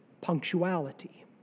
punctuality